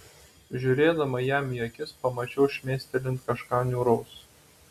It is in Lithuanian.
žiūrėdama jam į akis pamačiau šmėstelint kažką niūraus